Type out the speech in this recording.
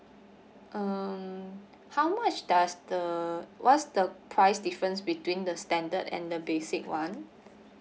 um how much does the what's the price difference between the standard and the basic one